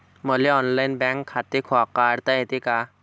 मले online bank खाते काढता येते का?